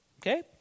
Okay